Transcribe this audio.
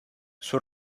sul